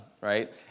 right